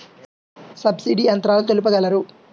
Subsidy యంత్రాలు తెలుపగలరు?